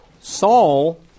Saul